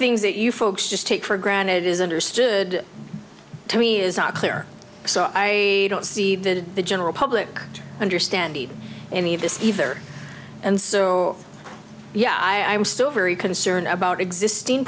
things that you folks just take for granted is understood to me is not clear so i don't see that in the general public to understand any of this either and so yeah i am still very concerned about existing